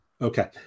okay